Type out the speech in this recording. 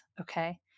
Okay